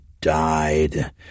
died